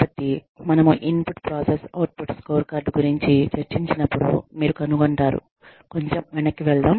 కాబట్టి మనము input process output scorecard గురించి చర్చించినప్పుడు మీరు కనుగొంటారు కొంచెం వెనక్కి వెళ్దాం